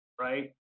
right